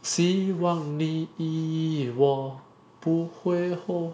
希望你以我不会后悔